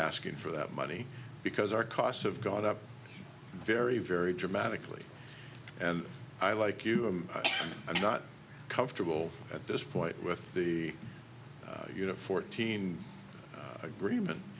asking for that money because our costs have got up very very dramatically and i like you i'm not comfortable at this point with the you to fourteen agreement